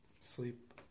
Sleep